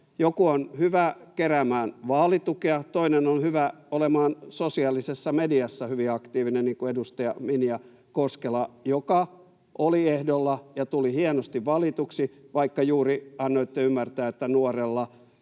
Joku on hyvä keräämään vaalitukea, toinen on hyvä olemaan sosiaalisessa mediassa hyvin aktiivinen, niin kuin edustaja Minja Koskela, joka oli ehdolla ja tuli hienosti valituksi, vaikka juuri annoitte ymmärtää, että nuorella